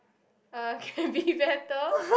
uh can be better